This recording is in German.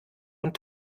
und